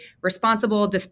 responsible